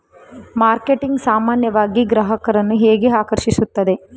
Marketing ಸಾಮಾನ್ಯವಾಗಿ ಗ್ರಾಹಕರನ್ನು ಹೇಗೆ ಆಕರ್ಷಿಸುತ್ತದೆ?